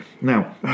Now